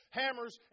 hammers